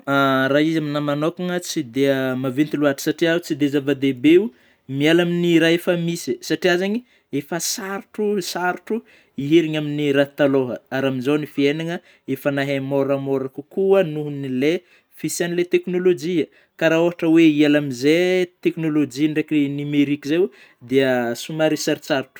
raha izy aminahy manôkana; tsy dia maventy lôatra satrià oh, tsy dia zava-dehibe miala amin'ny raha efa misy; satria zeigny efa sarotrô sarotrô hiherina amin'ny raha talôha; ary amin'izao ny fiainana efa nahay môramôra kokoa nohon'ny le fisian'ilay teknolojia; ka raha ohatry oe hiala amin'izey teknolojia ndraiky nomerika zey oh, de somaro sarotsarotrô